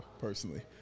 personally